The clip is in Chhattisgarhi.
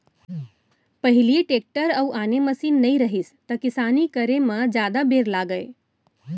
पहिली टेक्टर अउ आने मसीन नइ रहिस त किसानी करे म जादा बेर लागय